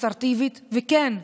אסרטיבית וכן,